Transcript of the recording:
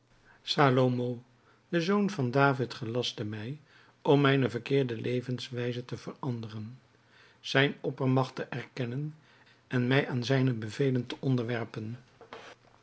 de zoon van david gelastte mij om mijne verkeerde levenswijze te veranderen zijne oppermagt te erkennen en mij aan zijne bevelen te onderwerpen